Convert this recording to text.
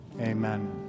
Amen